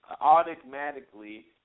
automatically